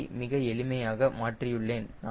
இதை மிக எளிமையாக மாற்றியுள்ளேன்